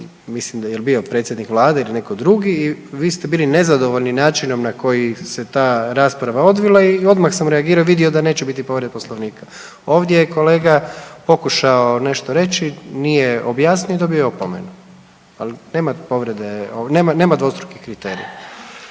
mislim da jel bio predsjednik vlade ili netko drugi i vi ste bili nezadovoljni načinom na koji se ta rasprava odvila i odmah sam reagirao vidio da neće biti povreda Poslovnika. Ovdje je kolega pokušao nešto reći nije objasnio i dobio je opomenu, ali nema povrede, nema,